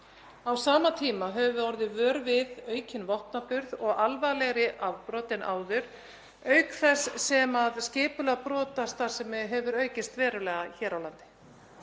Á sama tíma höfum við orðið vör við aukinn vopnaburð og alvarlegri afbrot en áður, auk þess sem skipulögð brotastarfsemi hefur aukist verulega hér á landi.